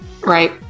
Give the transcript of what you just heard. Right